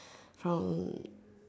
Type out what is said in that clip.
from